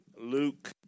Luke